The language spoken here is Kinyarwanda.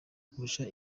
kurusha